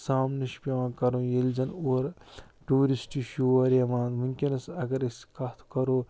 سامنہٕ چھُ پٮ۪وان کَرُن ییٚلہِ زن اورٕ ٹیٛوٗرسٹہٕ چھِ یور یِوان وُنکٮ۪نس اگر أسۍ کَتھ کَرو